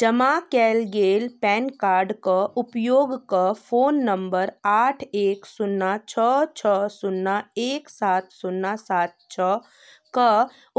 जमा कयल गेल पैन कार्डके उपयोगक फोन नंबर आठ एक शून्ना छओ छओ शून्ना एक सात शून्ना सात छओक